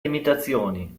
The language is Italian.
limitazioni